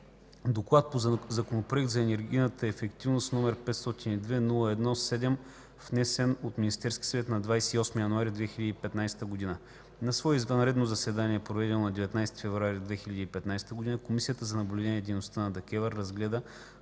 „ДОКЛАД по Законопроект за енергийната ефективност, № 502-01-7, внесен от Министерски съвет на 28 януари 2015 г. На свое извънредно заседание, проведено на 19 февруари 2015 г., Комисията за наблюдение на дейността на ДКЕВР разгледа